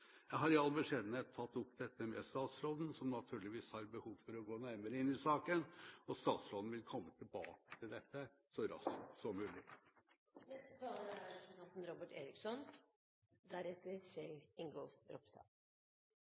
Jeg har i all beskjedenhet tatt opp dette med statsråden, som naturligvis har behov for å gå nærmere inn i saken. Statsråden vil komme tilbake til dette så raskt som mulig. Det er